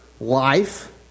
life